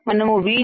మనముVGS